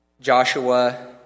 Joshua